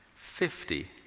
fifty,